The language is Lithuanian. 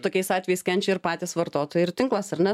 tokiais atvejais kenčia ir patys vartotojai ir tinklas ar ne